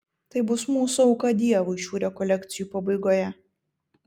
tai bus mūsų auka dievui šių rekolekcijų pabaigoje